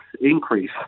increase